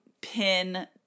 pin